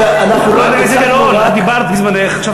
איך אתה מעז לומר לי שזו בחירה קלה לשבת פה?